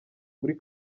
muri